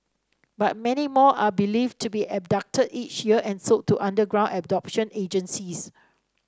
but many more are believed to be abducted each year and sold to underground adoption agencies